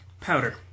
Powder